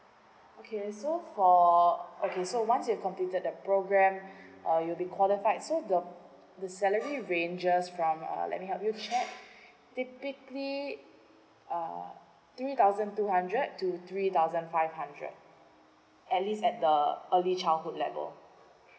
okay so for okay so once you've completed the program uh you'll be qualified so the the salary ranges from uh let me help you check typically uh three thousand two hundred to three thousand five hundred at least at the early childhood level